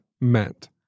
meant